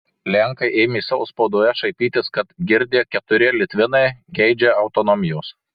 lenkai ėmė savo spaudoje šaipytis kad girdi keturi litvinai geidžia autonomijos